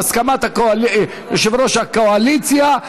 בהסכמת יושב-ראש הקואליציה.